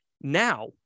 Now